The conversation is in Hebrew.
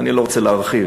ואני לא רוצה להרחיב.